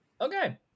okay